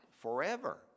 forever